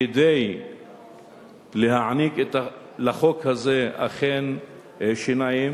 כדי להעניק לחוק הזה שיניים,